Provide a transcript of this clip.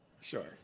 Sure